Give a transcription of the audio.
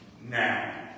now